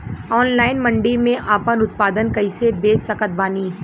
Online मंडी मे आपन उत्पादन कैसे बेच सकत बानी?